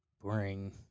Boring